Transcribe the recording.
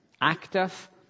active